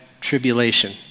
tribulation